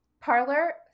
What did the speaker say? Parlor